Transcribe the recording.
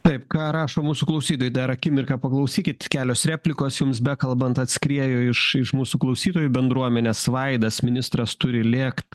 taip ką rašo mūsų klausytojai dar akimirką paklausykit kelios replikos jums bekalbant atskriejo iš iš mūsų klausytojų bendruomenės vaidas ministras turi lėkt